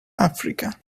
africa